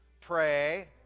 Pray